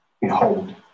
Behold